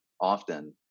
often